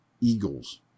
Eagles